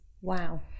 wow